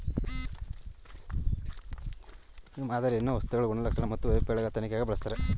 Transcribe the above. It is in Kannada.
ಡಿಸ್ಟ್ರಕ್ಟಿವ್ ಮಾದರಿಯನ್ನು ವಸ್ತುಗಳ ಗುಣಲಕ್ಷಣ ಮತ್ತು ವೈಫಲ್ಯಗಳ ತನಿಖೆಗಾಗಿ ಬಳಸ್ತರೆ